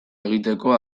egiteko